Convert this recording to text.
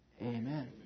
amen